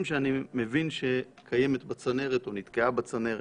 שאני מבין שקיימת בצנרת או נתקעה בצנרת.